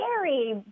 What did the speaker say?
scary